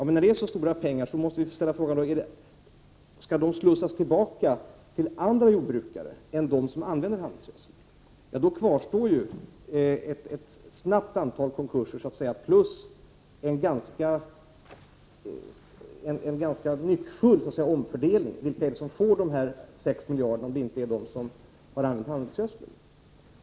Men när det gäller så stora pengar, måste vi ställa frågan: Skall de slussas tillbaka till andra jordbrukare än dem som använder handelsgödsel? Då kvarstår ju ett antal snabba konkurser plus en ganska nyckfull omfördelning. Vilka är det som får dessa 6 miljarder, om det inte är de som har använt handelsgödsel?